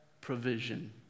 provision